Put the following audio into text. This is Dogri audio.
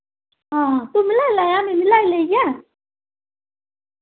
हां तुम्मी लाई लैयां मैं बी लाई लेई ऐ